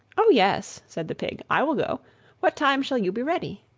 oh, yes, said the pig, i will go what time shall you be ready?